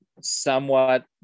somewhat